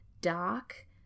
dark